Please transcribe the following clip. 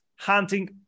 hunting